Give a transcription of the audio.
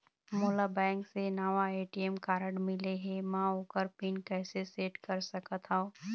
मोला बैंक से नावा ए.टी.एम कारड मिले हे, म ओकर पिन कैसे सेट कर सकत हव?